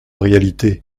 réalité